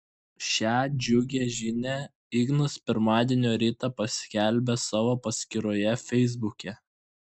šią džiugią žinią ignas pirmadienio rytą paskelbė savo paskyroje feisbuke